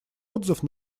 отзыв